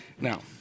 Now